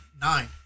nine